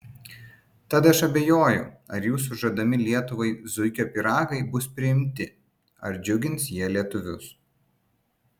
tad aš abejoju ar jūsų žadami lietuvai zuikio pyragai bus priimti ar džiugins jie lietuvius